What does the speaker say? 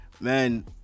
man